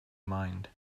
mind